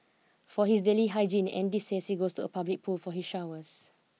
for his daily hygiene Andy says he goes to a public pool for his showers